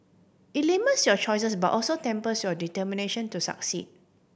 it limits your choices but also tempers your determination to succeed